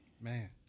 Man